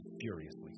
furiously